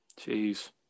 Jeez